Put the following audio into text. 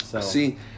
See